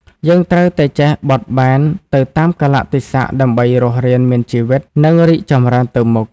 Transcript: យើងត្រូវតែចេះបត់បែនទៅតាមកាលៈទេសៈ ដើម្បីរស់រានមានជីវិត និងរីកចម្រើនទៅមុខ។